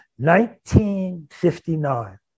1959